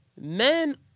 Men